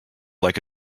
like